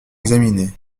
examiner